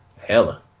Hella